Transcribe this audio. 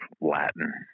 Latin